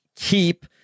Keep